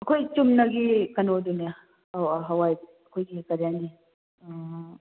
ꯑꯩꯈꯣꯏ ꯆꯨꯝꯅꯒꯤ ꯀꯩꯅꯣꯗꯨꯅꯦ ꯍꯋꯥꯏ ꯑꯩꯈꯣꯏꯒꯤ ꯀꯔꯤ ꯍꯥꯏꯅꯤ